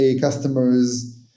customers